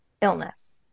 illness